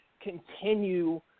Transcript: continue